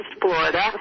Florida